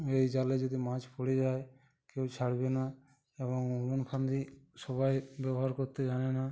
এই জালে যদি মাছ পড়ে যায় কেউ ছাড়বে না এবং উড়ন ফাঁদি সবাই ব্যবহার করতে জানে না